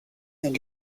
and